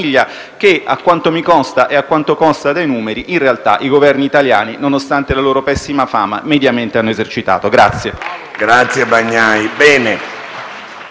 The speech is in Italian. Grazie